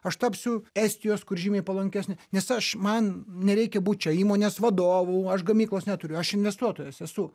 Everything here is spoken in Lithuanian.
aš tapsiu estijos kur žymiai palankesnė nes aš man nereikia būt čia įmonės vadovu aš gamyklos neturiu aš investuotojas esu